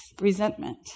resentment